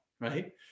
right